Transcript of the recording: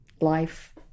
life